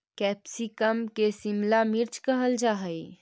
capsicum के शिमला मिर्च कहल जा हइ